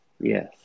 Yes